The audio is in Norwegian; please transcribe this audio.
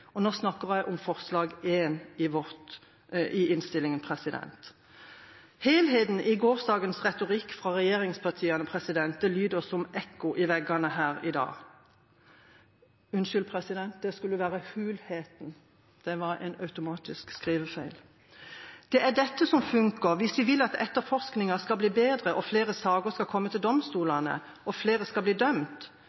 snakker om forslag nr. 1 i innstillinga. Hulheten i gårsdagens retorikk fra regjeringspartiene lyder som et ekko i veggene her i dag. Det er dette som funker hvis vi vil at etterforskningen skal bli bedre, flere saker skal komme til